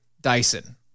Dyson